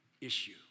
issue